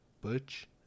butch